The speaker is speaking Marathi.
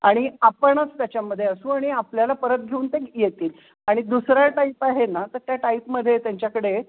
आणि आपणच त्याच्यामध्ये असू आणि आपल्याला परत घेऊन ते येतील आणि दुसरा टाईप आहे ना तर त्या टाईपमध्ये त्यांच्याकडे